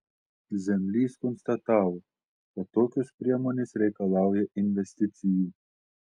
zemlys konstatavo kad tokios priemonės reikalauja investicijų